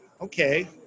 okay